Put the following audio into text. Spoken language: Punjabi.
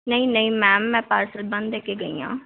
ਨਹੀਂ ਨਹੀਂ ਮੈਮ ਮੈਂ ਪਾਰਸਲ ਬੰਦ ਦੇ ਕੇ ਗਈ ਹਾਂ